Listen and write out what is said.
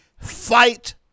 fight